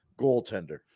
goaltender